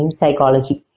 psychology